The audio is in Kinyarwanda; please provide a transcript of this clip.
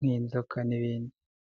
nk'inzoka n'ibindi.